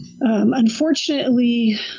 unfortunately